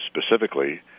specifically